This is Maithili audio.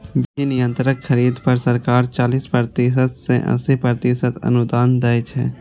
विभिन्न यंत्रक खरीद पर सरकार चालीस प्रतिशत सं अस्सी प्रतिशत अनुदान दै छै